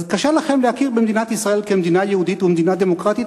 אז קשה לכם להכיר במדינת ישראל כמדינה יהודית ומדינה דמוקרטית,